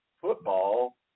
football